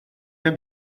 der